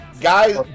Guys